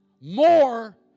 more